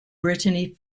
brittany